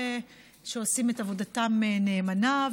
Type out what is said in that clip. שעושים את עבודתם נאמנה,